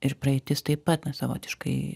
ir praeitis taip pat na savotiškai